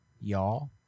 Y'all